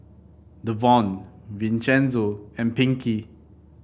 Davon Vincenzo and Pinkey